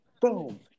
Boom